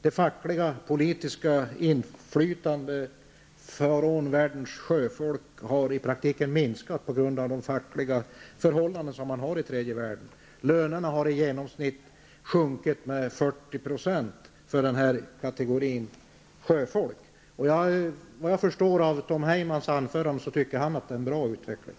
Det fackligt-politiska inflytandet från världens sjöfolk har i praktiken minskat på grund av de fattiga förhållandena i tredje världen. Lönerna har sjunkit med i genomsnitt 40 % för den här kategorin sjöfolk. Vad jag förstår av Tom Heymans anförande är att han tycker att det är en bra utveckling.